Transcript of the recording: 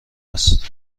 است